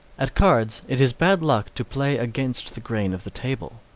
at cards, it is bad luck to play against the grain of the table.